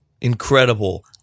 Incredible